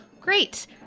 Great